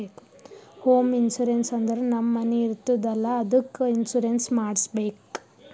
home insurance ಅಂದುರ್ ನಮ್ ಮನಿ ಇರ್ತುದ್ ಅಲ್ಲಾ ಅದ್ದುಕ್ ಇನ್ಸೂರೆನ್ಸ್ ಮಾಡುಸ್ಬೇಕ್